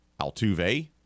Altuve